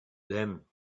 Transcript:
them